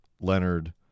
Leonard